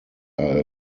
are